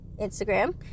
instagram